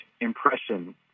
impression